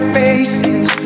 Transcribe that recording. faces